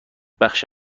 بخش